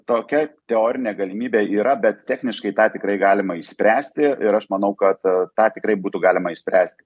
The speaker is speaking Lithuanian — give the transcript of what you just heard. tokia teorinė galimybė yra bet techniškai tą tikrai galima išspręsti ir aš manau kad a tą tikrai būtų galima išspręsti